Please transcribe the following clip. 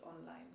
online